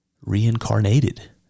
reincarnated